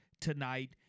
tonight